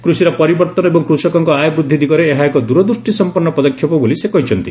କୂଷିର ପରିବର୍ତ୍ତନ ଓ କୂଷକଙ୍କ ଆୟ ବୃଦ୍ଧି ଦିଗରେ ଏହା ଏକ ଦୂରଦୃଷ୍ଟି ସମ୍ପନ୍ନ ପଦକ୍ଷେପ ବୋଲି ସେ କହିଛନ୍ତି